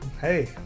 Hey